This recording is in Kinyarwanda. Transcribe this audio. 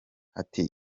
ati